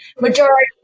Majority